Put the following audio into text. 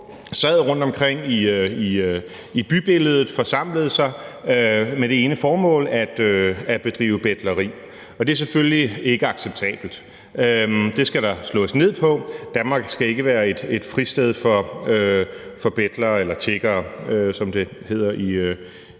sad rundtomkring i bybilledet, forsamlede sig med det ene formål at bedrive betleri. Det er selvfølgelig ikke acceptabelt. Det skal der slås ned på. Danmark skal ikke være et fristed for betlere eller tiggere, som det hedder i